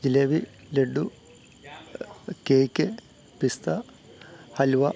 jalebi laddu cake പിസ്ത ഹലുവ